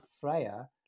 Freya